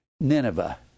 Nineveh